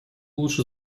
лучше